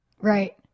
Right